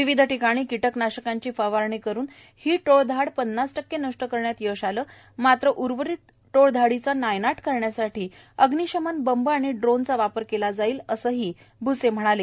विविध ठिकाणी किटकनाशक फवारणी करुन ही टोळधाड पन्नास टक्के नष्ट करण्यात यश आलं आहे मात्र उर्वरित टोळधाडीचा नायनाट करण्यासाठी अग्नीशमन बंब आणि ड्रोनचा वापर केला जाईल असं भूसे यांनी सांगितलं